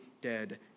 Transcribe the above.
dead